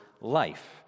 life